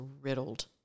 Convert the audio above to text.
riddled